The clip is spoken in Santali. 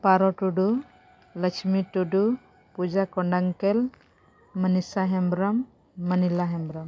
ᱯᱟᱨᱚ ᱴᱩᱰᱩ ᱞᱟᱹᱠᱤ ᱴᱩᱰᱩ ᱯᱩᱡᱟ ᱠᱚᱰᱟᱝᱠᱮᱞ ᱢᱚᱱᱤᱥᱟ ᱦᱮᱢᱵᱨᱚᱢ ᱢᱚᱱᱤᱞᱟ ᱦᱮᱢᱵᱨᱚᱢ